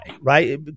right